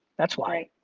that's why.